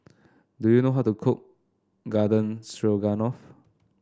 do you know how to cook Garden Stroganoff